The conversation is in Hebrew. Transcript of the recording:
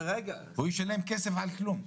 הוא ישלם כסף על כלום.